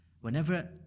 whenever